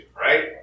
right